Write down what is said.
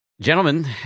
gentlemen